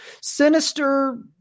sinister